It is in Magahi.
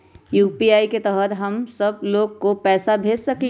यू.पी.आई के तहद हम सब लोग को पैसा भेज सकली ह?